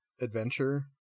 adventure